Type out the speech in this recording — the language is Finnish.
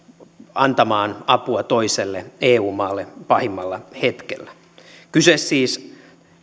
antamaan apua toiselle eu maalle pahimmalla hetkellä kyse on siis